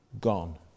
gone